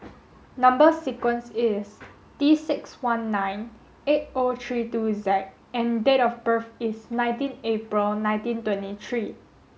number sequence is T six one nine eight O three two Z and date of birth is nineteen April nineteen twenty three